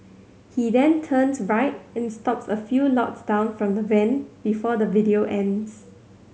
he then turns right and stops a few lots down from the van before the video ends